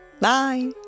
bye